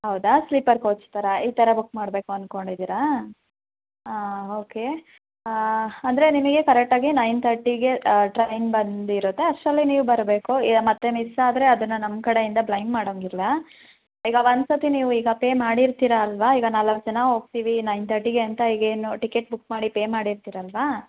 ಹೌದಾ sleeper coach ಥರ ಈ ಥರ ಬುಕ್ ಮಾಡಬೇಕು ಅನ್ಕೊಂಡಿದಿರಾ ಓಕೆ ಅಂದರೆ ನಿಮಗೆ ಕರೆಕ್ಟಾಗಿ ನೈನ್ ತರ್ಟಿಗೆ ಟ್ರೈನ್ ಬಂದಿರುತ್ತೆ ಅಷ್ಟರಲ್ಲೇ ನೀವು ಬರಬೇಕು ಮತ್ತು ಮಿಸ್ ಆದರೆ ಅದನ್ನು ನಮ್ಮ ಕಡೆಯಿಂದ ಬ್ಲಯ್ಮ್ ಮಾಡೊಂಗಿಲ್ಲ ಈಗ ಒಂದು ಸತಿ ನೀವು ಈಗ ಪೇ ಮಾಡಿರ್ತಿರ ಅಲ್ವ ಈಗ ನಾಲ್ಕು ಜನ ಹೋಗ್ತಿವಿ ನೈನ್ ತರ್ಟಿಗೆ ಅಂತ ಈಗ ಏನು ಟಿಕೆಟ್ ಬುಕ್ ಮಾಡಿ ಪೇ ಮಾಡಿರ್ತಿರಲ್ವಾ